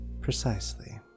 Precisely